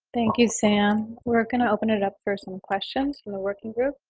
thank you, sam. we're going to open it up for some questions from the working group.